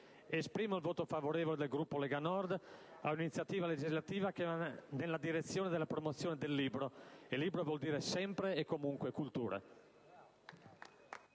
Dichiaro il voto favorevole del Gruppo Lega Nord all'iniziativa legislativa, che va nella direzione della promozione del libro: il libro, infatti, vuol dire sempre e comunque cultura.